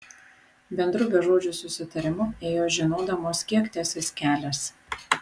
bendru bežodžiu susitarimu ėjo žinodamos kiek tęsis kelias